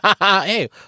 Hey